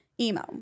Emo